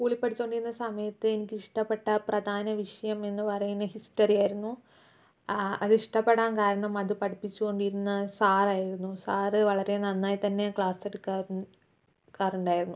സ്കൂളിൽ പഠിച്ചു കൊണ്ടിരുന്ന സമയത്ത് എനിക്കിഷ്ടപ്പെട്ട പ്രധാന വിഷയം എന്ന് പറയുന്ന ഹിസ്റ്ററി ആയിരുന്നു അത് ഇഷ്ടപ്പെടാൻ കാരണം അത് പഠിപ്പിച്ചു കൊണ്ടിരുന്ന സാറായിരുന്നു സാറ് വളരെ നന്നായി തന്നെ ക്ലാസ് എടുക്കാറുണ്ടായിരുന്നു